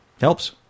Helps